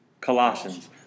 Colossians